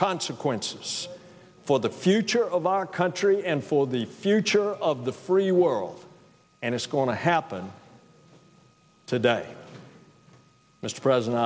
consequences for the future of our country and for the future of the free world and it's going to happen today mr president